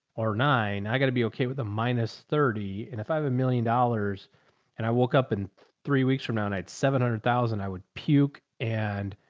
or nine, i gotta be okay with a minus thirty and if i have a million dollars and i woke up and three weeks from now and i had seven hundred thousand, i would puke,